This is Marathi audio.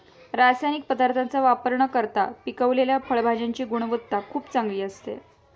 रासायनिक पदार्थांचा वापर न करता पिकवलेल्या फळभाज्यांची गुणवत्ता खूप चांगली असते